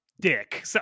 dick